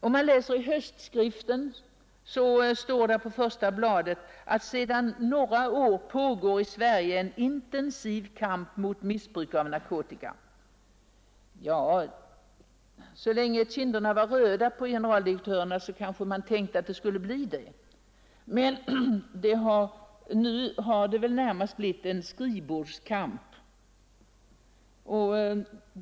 I höstskriften står det på första sidan att ”sedan några år pågår i Sverige en intensiv kamp mot missbruk av narkotika”. Ja, så länge kinderna var röda på generaldirektörerna kanske man tänkte att det skulle bli det, men nu har det väl närmast blivit en skrivbordskamp.